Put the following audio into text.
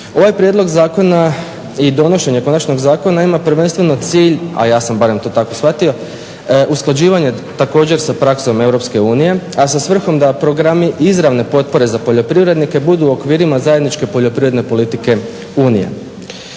ovaj prijedlog zakona i donošenje konačnog zakona ima prvenstveno cilj, a ja sam barem to tako shvatio, usklađivanje također sa praksom EU, a sa svrhom da programi izravne potpore za poljoprivrednike budu u okvirima zajedničke poljoprivredne politike EU.